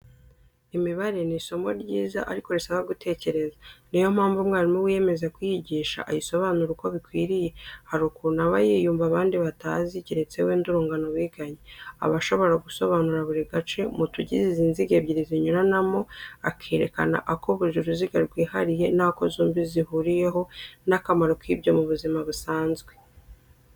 Imibare ni isomo ryiza ariko risaba gutekereza, ni yo mpamvu umwarimu wiyemeza kuyigisha ayisobanura uko bikwiye, hari ukuntu aba yiyumva abandi batazi, keretse wenda urungano biganye; aba ashobora gusobanura buri gace mu tugize izi nziga ebyiri zinyuranamo, akerekana ako buri ruziga rwihariye n'ako zombi zihuriyeho n'akamaro k'ibyo mu buzima busanzwe.